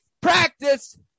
Practice